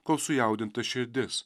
kol sujaudinta širdis